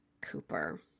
Cooper